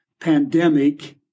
pandemic